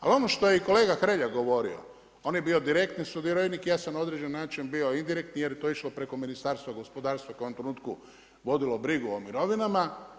Ali ono što je i kolega Hrelja govorio, on je bio direktni sudionik, ja sam na određeni način bio indirektni, jer to je išlo preko Ministarstva gospodarstva koje je u onom trenutku vodilo o brigu o mirovinama.